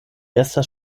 estas